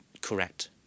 correct